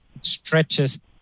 stretches